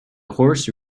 horse